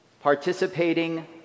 participating